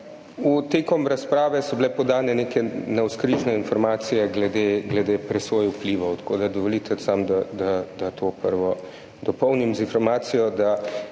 Tekom razprave so bile podane neke navzkrižne informacije glede, glede presoje vplivov, tako da dovolite samo, da to prvo dopolnim z informacijo,